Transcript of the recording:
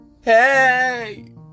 hey